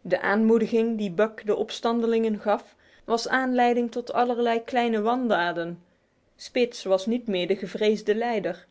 de aanmoediging die buck den opstandelingen gaf was aanleiding tot allerlei kleine wandaden spitz was niet meer de gevreesde leider